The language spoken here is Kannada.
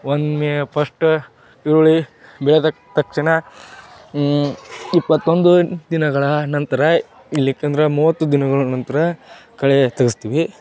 ಒಂದು ಮೇ ಫಸ್ಟ ಈರುಳ್ಳಿ ಬೆಳೆದ ತಕ್ಷಣ ಇಪ್ಪತ್ತೊಂದು ದಿನಗಳ ನಂತರ ಇಲ್ಲಿಕಂದ್ರ ಮೂವತ್ತು ದಿನಗಳ ನಂತರ ಕಳೆ ತೆಗೆಸ್ತೀವಿ